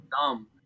dumb